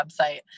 website